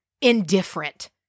indifferent